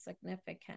significant